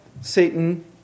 Satan